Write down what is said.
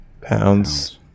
Pounds